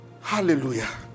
hallelujah